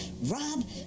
Rob